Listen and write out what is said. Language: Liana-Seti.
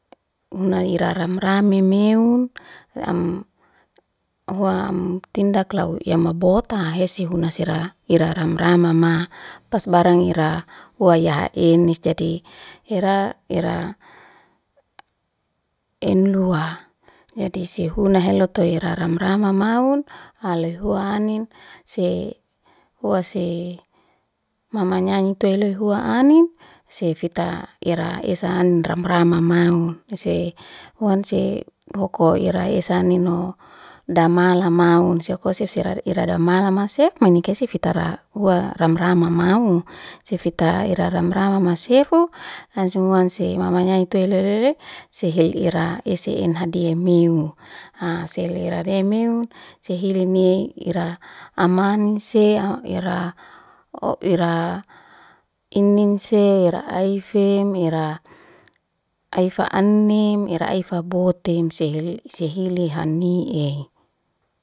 Huna ira ram rami mewun, am hua tindak lau yama bota hesi huna sira ira ram rama ma. Pas barang ira huia yaa enis jadi ira ira en luwa, jadi si huna helolot ira ram rama mawun aloi hua anin si hua si mama nyanyi tueloi hua anin si fita ira isa anin ram rami mawun. Si hua si huko ira isa anino damala awun si buko sira ira damala masefu manike si fita ra hua ram rami mawun si fita ira ram rama masefu ansi hua si manyanyi tueloi lele sehil ira ese en hademiu. Selera reumi sehilini ira amanis se ira inin se aife, ira aifa aini ira aifa botom sehile hanie